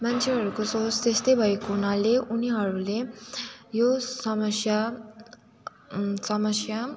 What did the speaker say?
मान्छेहरूको सोच त्यस्तै भएको हुनाले उनीहरूले यो समस्या समस्या